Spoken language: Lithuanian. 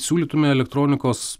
siūlytume elektronikos